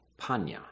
panya